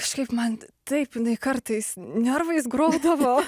šiaip man taip jinai kartais nervais grodavo